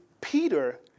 Peter